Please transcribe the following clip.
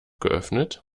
geöffnet